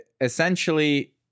essentially